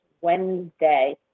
Wednesday